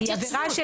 היא עבירה,